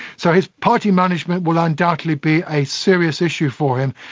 so his party management will undoubtedly be a serious issue for him,